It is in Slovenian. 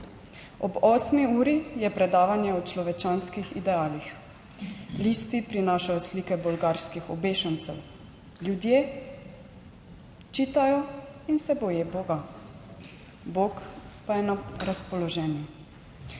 Ob 8. uri je predavanje o človečanskih idealih. Listi prinašajo slike bolgarskih obešencev. Ljudje —? Čitajo in se boje Boga. Bog pa je na razpoloženju."